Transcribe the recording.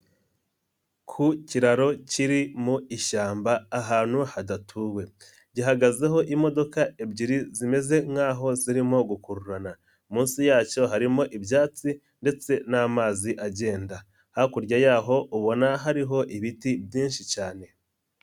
Ku kiraro kiri mu ishyamba ahantu hadatuwe gihagazeho imodoka ebyiri zimeze nkaho zirimo gukururana, munsi yacyo harimo ibyatsi ndetse n'amazi agenda, hakurya yaho ubona hariho ibiti byinshi cyane.